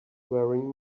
wearing